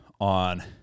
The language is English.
on